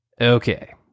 okay